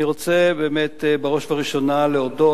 אני רוצה באמת בראש ובראשונה להודות,